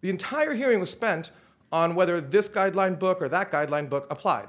the entire hearing was spent on whether this guideline book or that guideline book applied